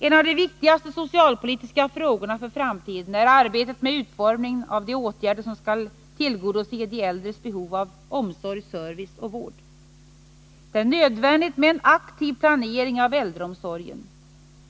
En av de viktigaste socialpolitiska frågorna för framtiden är arbetet med utformningen av de åtgärder som skall tillgodose de äldres behov av omsorg, service och vård. Det är nödvändigt med en aktiv planering av äldreomsorgen.